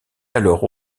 alors